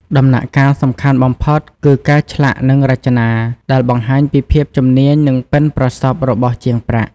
ដំណាក់កាលសំខាន់បំផុតគឺ ការឆ្លាក់និងរចនា ដែលបង្ហាញពីភាពជំនាញ និងប៉ិនប្រសប់របស់ជាងប្រាក់។